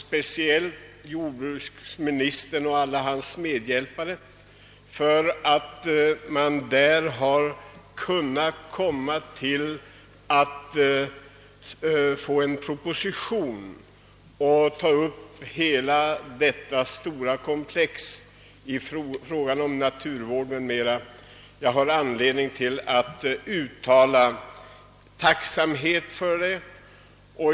Speciellt tacksam är jag mot jordbruksministern och hans medhjälpare för att dessa framlagt en proposition, som tar upp hela det stora komplexet i fråga om naturvård m.m. Jag har anledning att uttala tacksamhet för det.